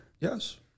Yes